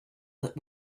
that